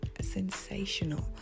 sensational